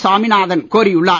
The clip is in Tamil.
சாமிநாதன் கோரியுள்ளார்